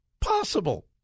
possible